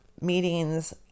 meetings